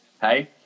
Hey